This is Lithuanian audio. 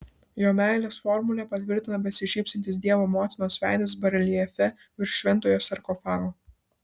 jo meilės formulę patvirtina besišypsantis dievo motinos veidas bareljefe virš šventojo sarkofago